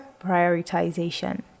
prioritization